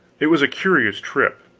it was a curious trip.